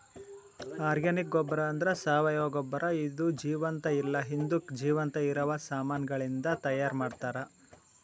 organic ಗೊಬ್ಬರ ಅಂದ್ರ ಸಾವಯವ ಗೊಬ್ಬರ ಇದು ಜೀವಂತ ಇಲ್ಲ ಹಿಂದುಕ್ ಜೀವಂತ ಇರವ ಸಾಮಾನಗಳಿಂದ್ ತೈಯಾರ್ ಮಾಡ್ತರ್